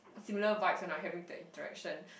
similar vibes when I'm having the interaction